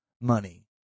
money